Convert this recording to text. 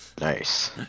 Nice